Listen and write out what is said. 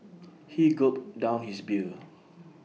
he gulped down his beer